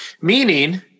meaning